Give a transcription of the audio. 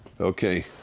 Okay